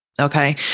Okay